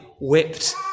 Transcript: whipped